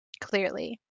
clearly